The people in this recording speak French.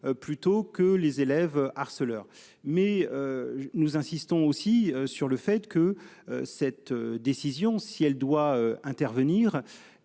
plutôt que les élèves harceleurs mais. Nous insistons aussi sur le fait que cette décision si elle doit intervenir